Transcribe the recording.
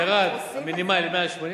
ירד המינימלי ל-180.